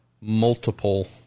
multiple